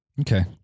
Okay